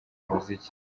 umuziki